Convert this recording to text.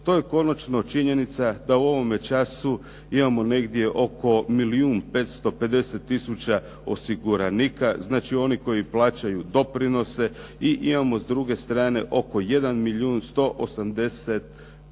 To je konačno činjenica da u ovome času imamo negdje oko milijun 550 tisuća osiguranika znači oni koji plaćaju doprinose i imamo s druge strane oko 1